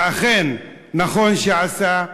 ואכן נכון עשה,